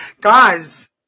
Guys